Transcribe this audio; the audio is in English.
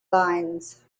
lines